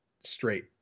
straight